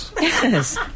Yes